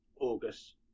August